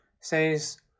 says